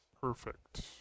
perfect